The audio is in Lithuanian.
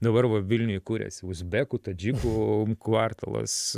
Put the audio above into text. dabar va vilniuj kuriasi uzbekų tadžikų kvartalas